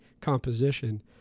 composition